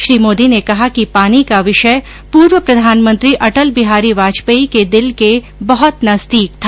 श्री मोदी ने कहा कि पानी का विषय पूर्व प्रधानमंत्री अटल बिहारी वाजपेयी के दिल के बहत नजदीक था